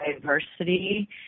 diversity